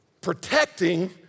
protecting